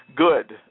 Good